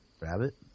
Rabbit